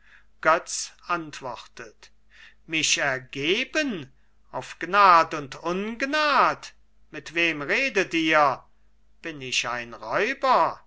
götz antwortet mich ergeben auf gnad und ungnad mit wem redet ihr bin ich ein räuber